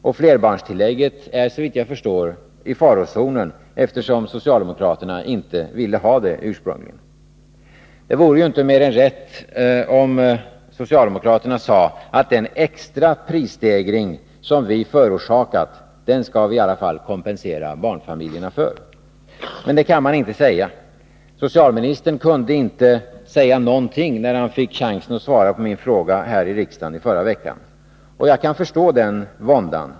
Och flerbarnstillägget är såvitt jag förstår i farozonen, eftersom socialdemokraterna ursprungligen inte ville ha det. Det vore inte mer än rätt om socialdemokraterna sade, att de skall kompensera barnfamiljerna i varje fall för den extra prisstegring som de förorsakat dessa. Men det kan de inte säga. Socialministern kunde inte säga någonting när han fick chansen att svara på min fråga här i riksdagen förra veckan. Och jag kan förstå den våndan.